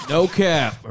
No-cap